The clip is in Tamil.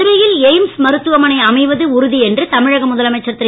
மதுரையில் எய்ம்ஸ் மருத்துவமனை அமைவது உறுதி என்று தமிழக முதலமைச்சர் திரு